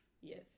Yes